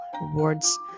rewards